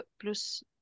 plus